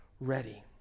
ready